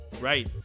right